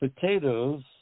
potatoes